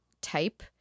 type